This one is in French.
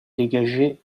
dégagées